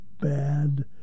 bad